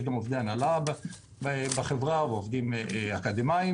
יש גם עובדי הנהלה בחברה ועובדים אקדמאיים